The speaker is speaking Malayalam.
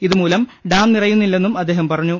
ഇതുമൂലം ഡാം നിറയുന്നില്ലെന്നും അദ്ദേഹം പറഞ്ഞു